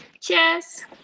Cheers